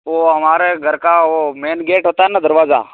वह हमारे घर का वह मेन गेट होता है ना दरवाज़ा